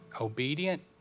obedient